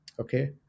Okay